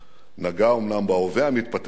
נגע אומנם בהווה המתפתח שלה,